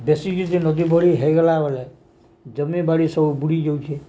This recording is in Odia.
ବେଶୀ କିିଛି ନଦୀ ବଢ଼ି ହେଇଗଲା ବେଳେ ଜମିବାଡ଼ି ସବୁ ବୁଡ଼ି ଯାଉଛେ